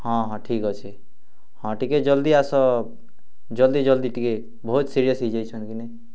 ହଁ ହଁ ଠିକ୍ ଅଛେ ହଁ ଟିକେ ଜଲ୍ଦି ଆସ ଜଲ୍ଦି ଜଲ୍ଦି ଟିକେ ବହୁତ୍ ସିରିୟସ୍ ହେଇ ଯାଇଛନ୍ କି ନାଇଁ